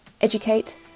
Educate